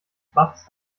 bachs